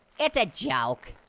it's a joke.